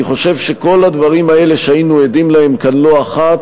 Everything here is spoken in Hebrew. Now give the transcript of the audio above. אני חושב שכל הדברים האלה שהיינו עדים להם כאן לא אחת